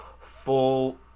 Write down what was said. full